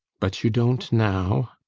but you don't now?